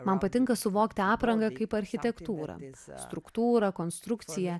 man patinka suvokti aprangą kaip architektūrą struktūrą konstrukciją